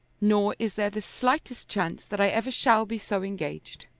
nor is there the slightest chance that i ever shall be so engaged.